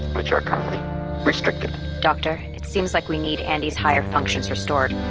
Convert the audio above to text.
which are currently restricted doctor, it seems like we need andi's higher functions restored.